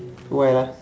awhile ah